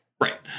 Right